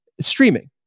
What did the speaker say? streaming